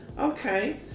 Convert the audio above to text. Okay